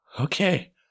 Okay